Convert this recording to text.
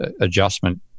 adjustment